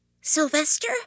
Sylvester